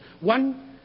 one